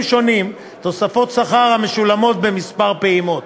שונים תוספות שכר המשולמות בכמה פעימות.